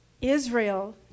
Israel